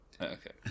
Okay